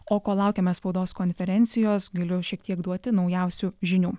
o kol laukiame spaudos konferencijos galiu šiek tiek duoti naujausių žinių